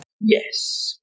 yes